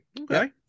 Okay